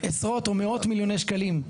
עשרות או מאות מיליוני שקלים,